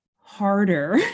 harder